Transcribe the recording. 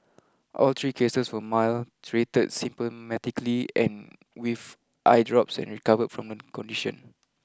all three cases were mild treated symptomatically and with eye drops and recovered from the condition